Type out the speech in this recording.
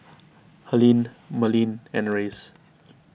Helene Merlin and Reyes